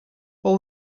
pull